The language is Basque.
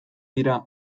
dira